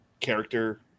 character